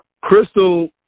crystal